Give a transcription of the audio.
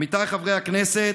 עמיתיי חברי הכנסת,